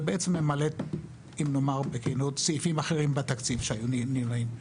זה בעצם ממלא סעיפים אחרים בתקציב שהיו נראים.